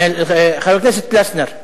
חבר הכנסת פלָסנר.